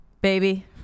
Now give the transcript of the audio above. baby